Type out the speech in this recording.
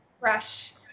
fresh